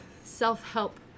self-help